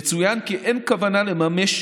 יצוין כי אין כוונה לממש